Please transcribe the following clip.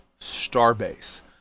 Starbase